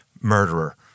murderer